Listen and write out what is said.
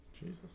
Jesus